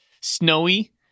snowy